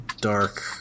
dark